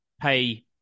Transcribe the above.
pay